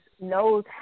knows